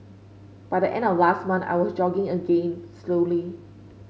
by the end of last month I was jogging again slowly